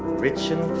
rich and